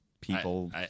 people